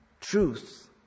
truth